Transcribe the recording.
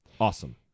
Awesome